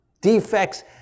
defects